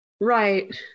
Right